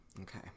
Okay